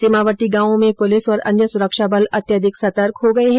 सीमावर्ती गांवों में पुलिस और अन्य सुरक्षाबल अत्यधिक सतर्क हो गये हैं